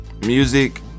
music